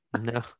no